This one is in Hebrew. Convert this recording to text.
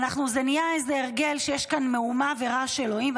זה נהיה איזה הרגל שיש כאן מהומה ורעש אלוהים.